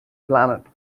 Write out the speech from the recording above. planet